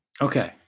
Okay